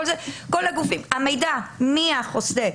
המידע מי החוסה,